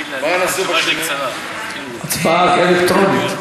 הצבעה אלקטרונית.